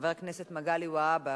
חבר הכנסת מגלי והבה,